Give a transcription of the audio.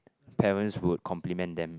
parents would compliment them